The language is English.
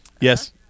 Yes